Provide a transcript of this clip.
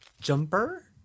Jumper